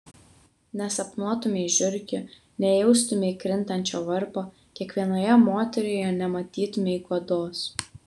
nesapnuotumei žiurkių nejaustumei krintančio varpo kiekvienoje moteryje nematytumei guodos